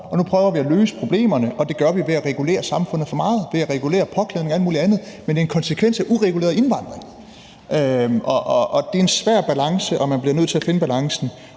nu prøver vi at løse problemerne, og det gør vi ved at regulere samfundet for meget, ved at regulere påklædning og alt muligt andet. Men det er en konsekvens af en ureguleret indvandring, og det er en svær balance, og man bliver nødt til at finde balancen.